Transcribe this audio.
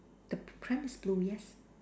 the p~ pram is blue yes